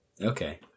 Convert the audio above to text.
Okay